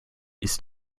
ist